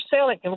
selling